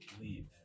Leave